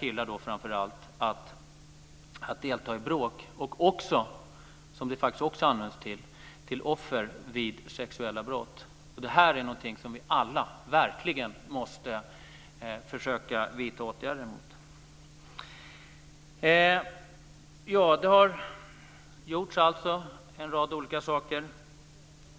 Det gäller då framför allt unga killar. Det används faktiskt också till offer vid sexuella brott. Detta är någonting som vi alla verkligen måste försöka vidta åtgärder mot. Det har alltså gjorts en rad olika saker.